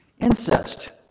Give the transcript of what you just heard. Incest